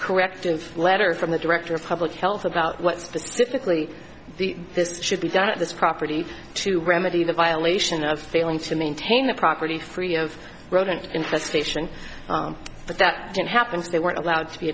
corrective letter from the director of public health about what specifically this should be done at this property to remedy the violation of failing to maintain the property free of rodent infestation but that didn't happen if they weren't allowed to be